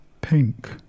pink